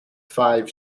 five